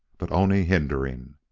but only hindering.